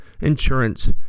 insurance